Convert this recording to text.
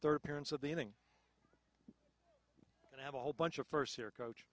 third parents of the inning and have a whole bunch of first year coach